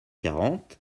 quarante